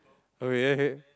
okay